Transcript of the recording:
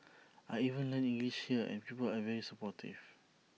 I even learnt English here and people are very supportive